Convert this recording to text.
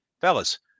fellas